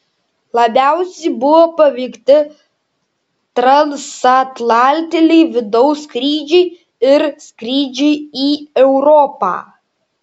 labiausiai buvo paveikti transatlantiniai vidaus skrydžiai ir skrydžiai į europą